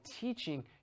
teaching